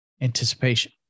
anticipation